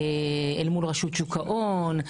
רשות שוק ההון,